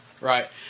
Right